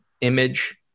image